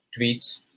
tweets